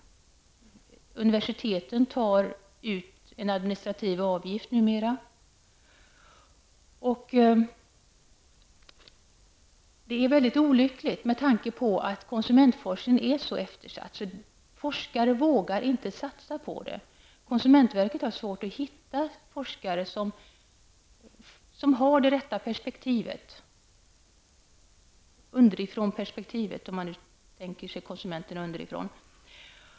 Och universiteten tar numera ut en administrativ avgift. Det är väldigt olyckligt eftersom konsumentforskningen är så eftersatt. Forskare vågar inte satsa på den. Konsumentverket har svårt att hitta forskare som har det rätta perspektivet, ''underifrån-perspektivet'' om man tänker sig konsumenten underifrån.